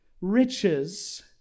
riches